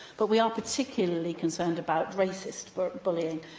but we are particularly concerned about racist but bullying,